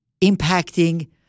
impacting